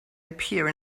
appear